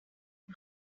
est